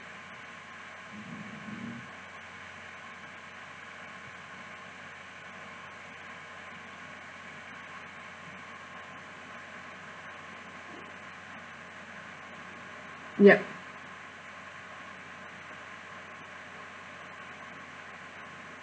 yup